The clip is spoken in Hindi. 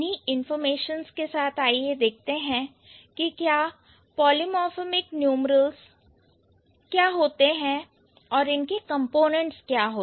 इन्हीं इंफॉर्मेशन्स के साथ आइए देखते हैं कि पॉलीमाॅर्फेमिक न्यूमरल्स क्या है और इनके कंपोनेंट्स क्या है